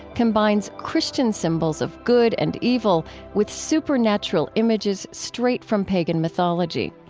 combines christian symbols of good and evil with supernatural images straight from pagan mythology.